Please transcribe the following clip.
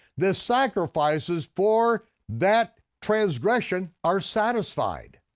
the sacrifices for that transgression are satisfied.